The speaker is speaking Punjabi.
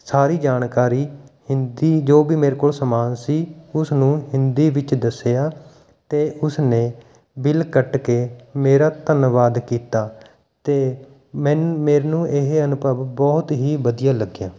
ਸਾਰੀ ਜਾਣਕਾਰੀ ਹਿੰਦੀ ਜੋ ਕਿ ਮੇਰੇ ਕੋਲ ਸਮਾਨ ਸੀ ਉਸ ਨੂੰ ਹਿੰਦੀ ਵਿੱਚ ਦੱਸਿਆ ਅਤੇ ਉਸਨੇ ਬਿੱਲ ਕੱਟ ਕੇ ਮੇਰਾ ਧੰਨਵਾਦ ਕੀਤਾ ਅਤੇ ਮੈਨ ਮੈਨੂੰ ਇਹ ਅਨੁਭਵ ਬਹੁਤ ਹੀ ਵਧੀਆ ਲੱਗਿਆ